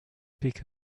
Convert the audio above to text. peak